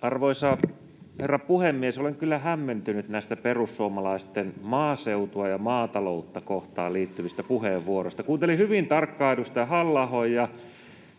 Arvoisa herra puhemies! Olen kyllä hämmentynyt näistä perussuomalaisten maaseutuun ja maatalouteen liittyvistä puheenvuoroista. Kuuntelin hyvin tarkkaan edustaja Halla-ahon